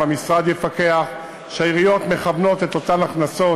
והמשרד יפקח שהעיריות מכוונות את אותן הכנסות,